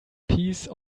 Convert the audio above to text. piece